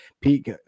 Pete